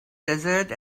desert